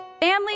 Family